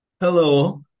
Hello